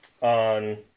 on